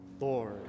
Lord